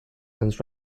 and